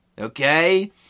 Okay